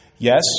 Yes